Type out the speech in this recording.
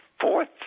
fourth